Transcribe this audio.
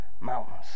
mountains